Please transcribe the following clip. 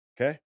Okay